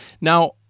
Now